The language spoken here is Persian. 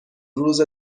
روز